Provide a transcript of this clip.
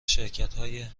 شرکتهای